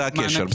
זה הקשר.